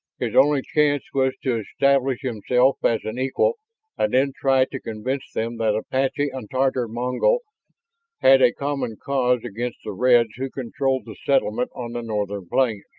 his only chance was to establish himself as an equal and then try to convince them that apache and tatar-mongol had a common cause against the reds who controlled the settlement on the northern plains.